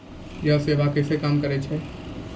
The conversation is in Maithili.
यह सेवा कैसे काम करै है?